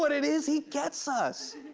but it is? he gets us.